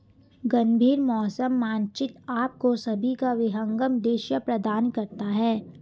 गंभीर मौसम मानचित्र आपको सभी का विहंगम दृश्य प्रदान करता है